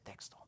texto